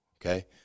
okay